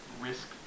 risk